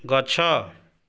ଗଛ